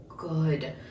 good